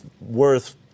worth